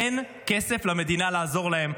אין כסף למדינה לעזור להם.